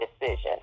decision